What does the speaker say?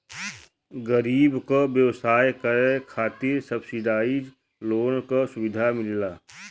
गरीब क व्यवसाय करे खातिर सब्सिडाइज लोन क सुविधा मिलला